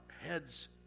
heads